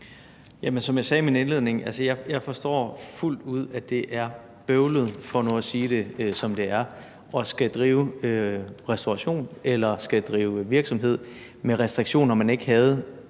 Som jeg sagde i min indledning, forstår jeg fuldt ud, at det er bøvlet, for nu at sige det, som det er, at skulle drive en restauration eller skulle drive en virksomhed med restriktioner, man ikke havde,